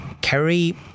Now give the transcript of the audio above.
Kerry